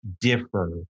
differ